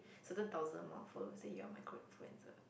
certain thousand more followers then you are micro influencer